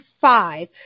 five